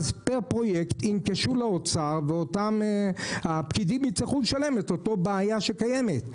אז פר פרויקט ייגשו לאוצר והפקידים יצטרכו לשלם את אותה בעיה שקיימת.